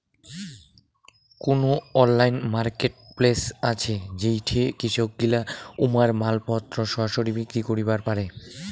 কুনো online marketplace আছে যেইঠে কৃষকগিলা উমার মালপত্তর সরাসরি বিক্রি করিবার পারে?